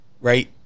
right